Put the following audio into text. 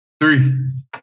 Three